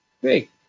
Great